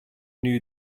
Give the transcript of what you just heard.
knew